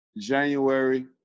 January